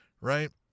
Right